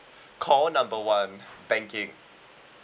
call number one banking